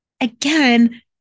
again